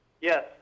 Yes